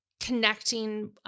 Connecting